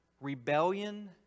Rebellion